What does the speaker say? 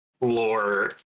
lore